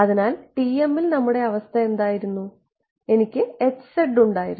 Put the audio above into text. അതിനാൽ TM ൽ നമ്മുടെ അവസ്ഥ എന്തായിരുന്നു എനിക്ക് ഉണ്ടായിരുന്നു